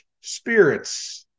spirits